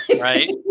Right